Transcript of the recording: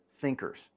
thinkers